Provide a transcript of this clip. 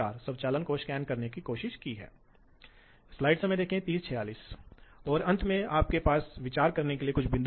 इसके प्रमुख लाभ और मुख्य कारणों का उल्लेख करें मुख्य तकनीकी कारण जिनसे ये लाभ उत्पन्न होते हैं